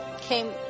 came